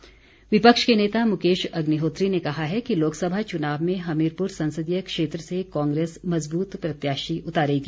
अग्निहोत्री विपक्ष के नेता मुकेश अग्निहोत्री ने कहा है कि लोकसभा चुनाव में हमीरपुर संसदीय क्षेत्र से कांग्रेस मजबूत प्रत्याशी उतारेगी